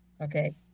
Okay